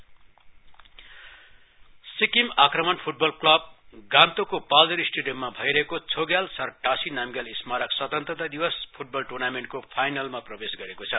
football Sikkim आक्रमण football club गान्तोको पाल्जोर स्टेडियममा भईरहेको छोग्यल सर टासी नाम्ग्याल स्मारक स्वतन्त्रतादिवस फुटबल टुर्नामेन्टको फाइनलमा प्रवेश गरेको छ